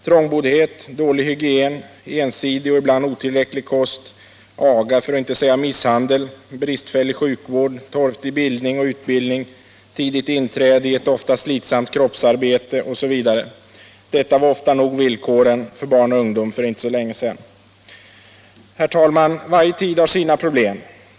Trångboddhet, dålig hygien, ensidig och ibland otillräcklig kost, aga — för att inte säga misshandel — bristfällig sjukvård, torftig bildning och utbildning, tidigt inträde i ett ofta slitsamt kroppsarbete osv. var ofta nog villkoren för barn och ungdom för inte så länge sedan. Herr talman! Varje tid har sina problem.